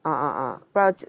ah ah ah 不要